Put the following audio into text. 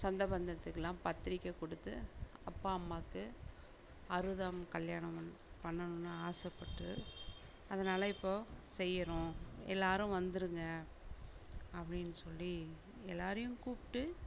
சொந்த பந்தத்துக்குலாம் பத்திரிக்கை கொடுத்து அப்பா அம்மாவுக்கு அறுபதாம் கல்யாணம் பண் பண்ணணுனு ஆசைப்பட்டு அதனால் இப்போது செய்கிறோம் எல்லாரும் வந்துருங்க அப்படின் சொல்லி எல்லாரையும் கூப்பிட்டு